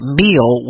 meal